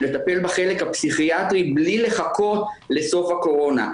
לטפל בחלק הפסיכיאטרי בלי לחכות לסוף הקורונה.